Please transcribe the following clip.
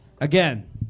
Again